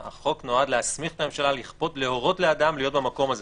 החוק נועד להסמיך את הממשלה להורות לאדם להיות במקום הזה.